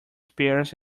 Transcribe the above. spears